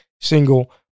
single